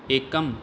एकम्